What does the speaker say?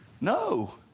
No